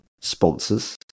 sponsors